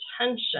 attention